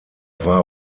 war